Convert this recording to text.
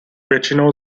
většinou